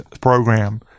program